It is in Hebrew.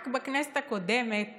רק בכנסת הקודמת